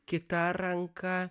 kita ranka